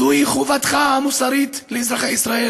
זוהי חובתך המוסרית לאזרחי ישראל.